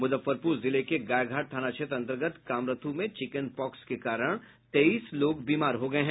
मुजफ्फरपुर जिले के गायघाट थाना क्षेत्र अंतर्गत कामरथू में चिकन पॉक्स के कारण तेईस लोग बीमार हो गये हैं